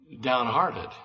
downhearted